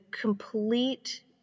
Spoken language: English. complete